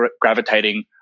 gravitating